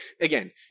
again